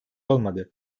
olmadı